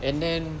and then